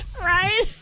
Right